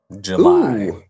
july